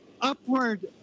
Upward